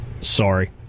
Sorry